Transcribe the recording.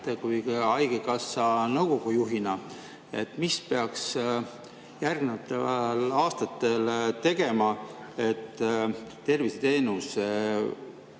sina haigekassa nõukogu juhina, mida peaks järgnevatel aastatel tegema, et terviseteenus